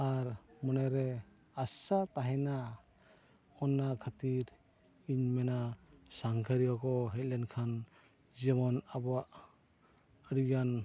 ᱟᱨ ᱢᱚᱱᱮ ᱨᱮ ᱟᱥᱟ ᱛᱟᱦᱮᱱᱟ ᱚᱱᱟ ᱠᱷᱟᱹᱛᱤᱨ ᱤᱧ ᱢᱮᱱᱟ ᱥᱟᱸᱜᱷᱟᱨᱤᱭᱟᱹ ᱠᱚ ᱦᱮᱡ ᱞᱮᱱᱠᱷᱟᱱ ᱡᱮᱢᱚᱱ ᱟᱵᱚᱣᱟᱜ ᱟᱹᱰᱤ ᱜᱟᱱ